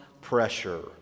pressure